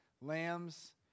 lambs